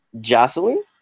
Jocelyn